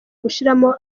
gushiramo